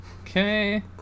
Okay